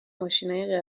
ماشینای